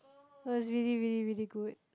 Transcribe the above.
oh is really really really good